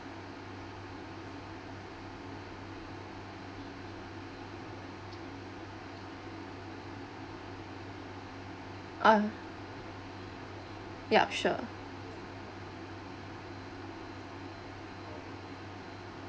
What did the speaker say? ah yup sure